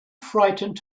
frightened